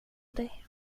dig